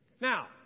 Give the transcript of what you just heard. Now